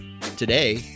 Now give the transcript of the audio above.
today